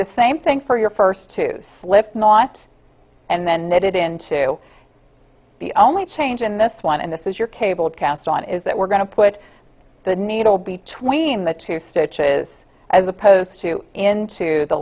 the same thing for your first two slipknot and then made it into the only change in this one and this is your cable cast on is that we're going to put the needle between the two stitches as opposed to into the